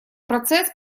процесс